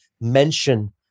mention